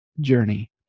journey